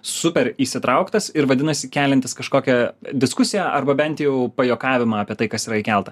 super įsitrauktas ir vadinasi keliantis kažkokią diskusiją arba bent jau pajuokavimą apie tai kas yra įkelta